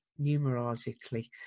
numerologically